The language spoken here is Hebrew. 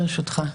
ברשותך,